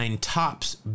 tops